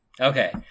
Okay